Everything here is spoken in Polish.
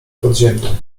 podziemne